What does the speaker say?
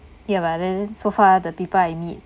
ya but then so far the people I meet